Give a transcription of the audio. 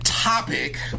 Topic